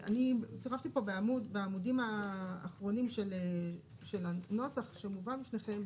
אני צירפתי פה בעמודים האחרונים של הנוסח שמובא לפניכם,